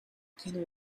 can